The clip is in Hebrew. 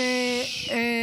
ששש.